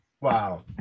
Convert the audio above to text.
Wow